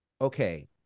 Okay